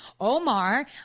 Omar